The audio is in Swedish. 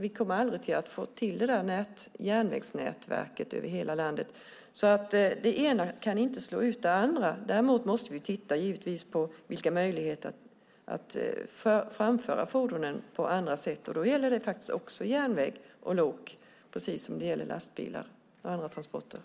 Vi kommer aldrig att få ett järnvägsnät över hela landet, och det ena ska inte slå ut det andra. Däremot måste vi givetvis titta på möjligheterna att framföra fordonen på andra sätt. Det gäller såväl järnvägar som lastbilar och andra transportslag.